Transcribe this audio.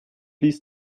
ließ